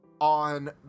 On